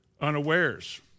unawares